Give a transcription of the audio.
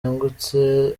yungutse